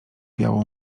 białą